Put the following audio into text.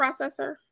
processor